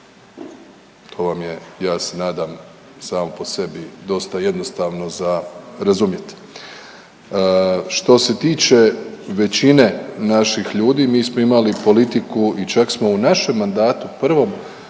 To vam je ja se nadam samo po sebi dosta jednostavno za razumjeti. Što se tiče većine naših ljudi mi smo imali politiku i čak smo u našem mandatu prvom